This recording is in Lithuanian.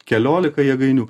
keliolika jėgainių